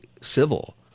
civil